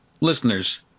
listeners